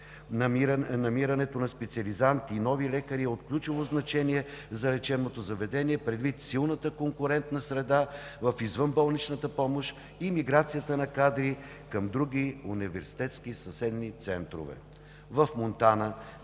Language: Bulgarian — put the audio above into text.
Намирането на специализанти и нови лекари е от ключово значение за лечебното заведение, предвид силната конкурентна среда в извънболничната помощ и миграцията на кадри към други университетски и съседни центрове.